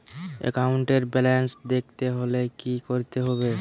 একাউন্টের ব্যালান্স দেখতে হলে কি করতে হবে?